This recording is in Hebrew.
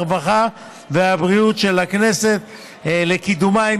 הרווחה והבריאות של הכנסת לקידומה,